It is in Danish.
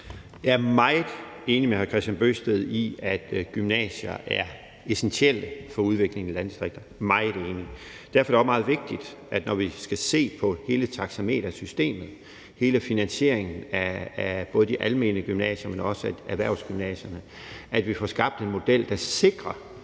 Jeg er meget enig med hr. Kristian Bøgsted i, at gymnasierne er essentielle for udviklingen i landdistrikterne; jeg er meget enig. Derfor er det også meget vigtigt, når vi skal se på hele taxametersystemet, hele finansieringen af både de almene gymnasier, men også af erhvervsgymnasierne, at vi får skabt en model, der sikrer,